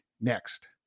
next